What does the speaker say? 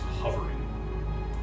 hovering